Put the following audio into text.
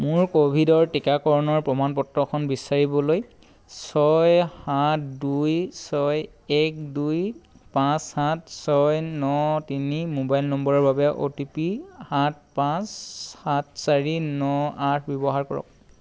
মোৰ ক'ভিডৰ টীকাকৰণৰ প্ৰমাণপত্ৰখন বিচাৰিবলৈ ছয় সাত দুই ছয় এক দুই পাঁচ সাত ছয় ন তিনি মোবাইল নম্বৰৰ বাবে অ' টি পি সাত পাঁচ সাত চাৰি ন আঠ ব্যৱহাৰ কৰক